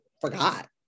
forgot